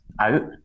out